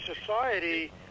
society